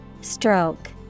Stroke